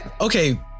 Okay